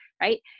right